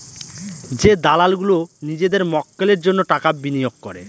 যে দালাল গুলো নিজেদের মক্কেলের জন্য টাকা বিনিয়োগ করে